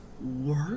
Work